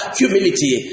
humility